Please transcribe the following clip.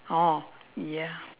orh ya